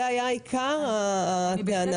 זה היה עיקר הטענה.